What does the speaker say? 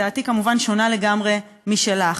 דעתי כמובן שונה לגמרי משלך,